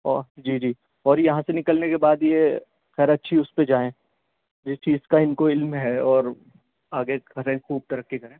جی جی اور یہاں سے نکلنے کے بعد یہ خیر اچھی اس پہ جائیں یہ چیز کا ان کو علم ہے اور آگے کریں خوب ترقی کریں